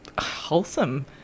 wholesome